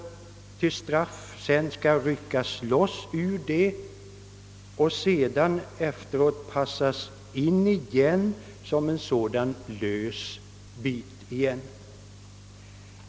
Till straff skall han ryckas loss och sedan passas in i samhället igen.